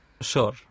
Sure